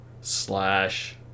slash